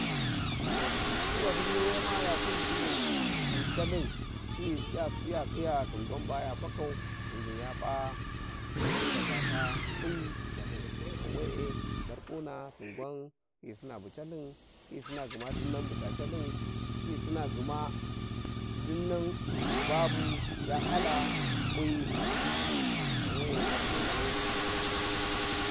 To, civasi fiwiyi ma ya kuzi civu bu chalthin hi- ya- ya- ya- khiya Ithin gwan ba ya fakau ghingin ya p`a yan hi ndaka ta lawi, bu calthlin, ghan we'e tharkuna Ithin gwan hi sina bu calthin, hi sina gma dinnan buta calthin, hi sina gma dinnan bu babu ya hala kwi ta bu calthin ghan we'e harkuna hi sina bu calthin.